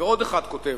ועוד אחד כותב,